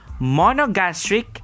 Monogastric